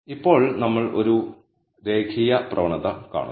ഇപ്പോൾ നമ്മൾ ഒരു രേഖീയ പ്രവണത കാണുന്നു